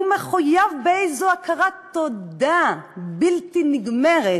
הוא מחויב באיזו הכרת תודה בלתי נגמרת